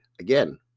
Again